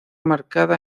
marcada